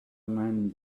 meinen